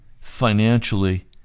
financially